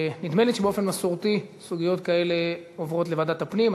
נדמה לי שבאופן מסורתי סוגיות כאלה עוברות לוועדת הפנים.